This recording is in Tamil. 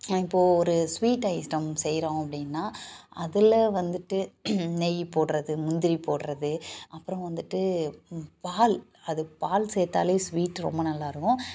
இப்போது ஒரு ஸ்வீட் ஐட்டம் செய்கிறோம் அப்படின்னா அதில் வந்துட்டு நெய் போடுறது முந்திரி போடுறது அப்புறம் வந்துட்டு பால் அது பால் சேர்த்தாலே ஸ்வீட் ரொம்ப நல்லா இருக்கும்